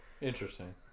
interesting